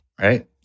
Right